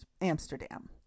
Amsterdam